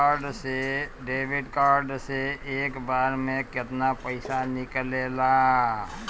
Debit card से एक बार मे केतना पैसा निकले ला?